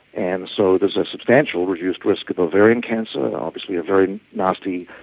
and so there's a substantial reduced risk of ovarian cancer, and obviously a very nasty,